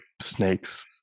snakes